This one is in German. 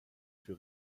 für